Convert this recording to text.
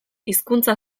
hizkuntza